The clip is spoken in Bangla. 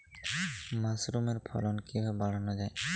মাসরুমের ফলন কিভাবে বাড়ানো যায়?